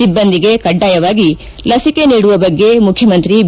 ಸಿಬ್ಲಂದಿಗೆ ಕಡ್ನಾಯವಾಗಿ ಲಸಿಕೆ ನೀಡುವ ಬಗ್ಗೆ ಮುಖ್ಯಮಂತ್ರಿ ಬಿ